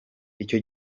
icyo